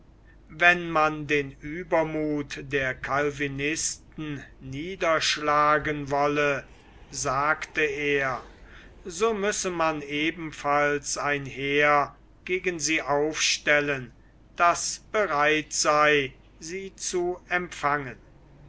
wenn man den uebermuth der calvinisten niederschlagen wolle sagte er so müsse man ebenfalls ein heer gegen sie aufstellen das bereit sei sie zu empfangen